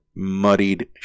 muddied